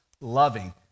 loving